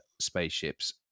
spaceships